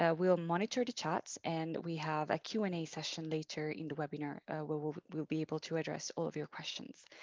ah we'll monitor the charts. and we have a q and a session later in the webinar where we'll we'll be able to address all of your questions.